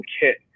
kit